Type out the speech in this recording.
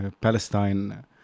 Palestine